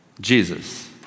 Jesus